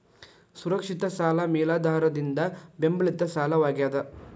ಸುರಕ್ಷಿತ ಸಾಲ ಮೇಲಾಧಾರದಿಂದ ಬೆಂಬಲಿತ ಸಾಲವಾಗ್ಯಾದ